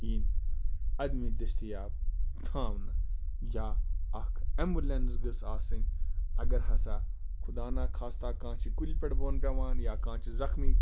یِنۍ اَدمہِ دٔستیاب تھاونہٕ یا اَکھ اٮ۪مُلٮ۪نٕس گٔژھ آسٕنۍ اگر ہَسا خدانَخواستہ کانٛہہ چھِ کُلہِ پٮ۪ٹھ بۄن پٮ۪وان یا کانٛہہ چھِ زَخمی